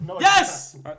Yes